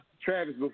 Travis